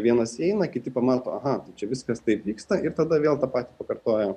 vienas įeina kiti pamato aha tai čia viskas taip vyksta ir tada vėl tą patį pakartoja